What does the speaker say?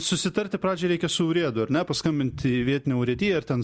susitarti pradžiai reikia su urėdu ar ne paskambinti į vietinę urėdiją ir ten